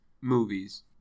movies